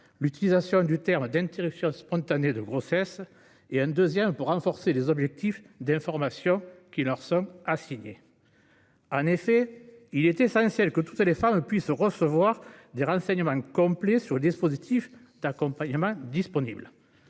stigmatisante, les termes « interruption spontanée de grossesse »; l'autre à renforcer les objectifs d'information qui leur sont assignés. En effet, il est essentiel que toutes les femmes puissent recevoir des renseignements complets sur les dispositifs d'accompagnement disponibles.